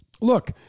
look